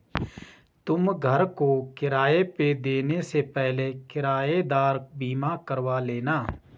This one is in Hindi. तुम घर को किराए पे देने से पहले किरायेदार बीमा करवा लेना